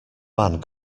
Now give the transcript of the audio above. man